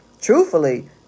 truthfully